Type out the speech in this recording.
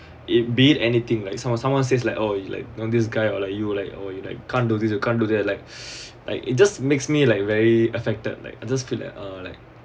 it be it anything like someone someone says like oh you like no this guy or like you like you like you can't do this you can't do that like like it just makes me like very affected like I just feel that uh like